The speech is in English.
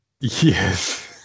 Yes